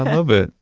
i love it.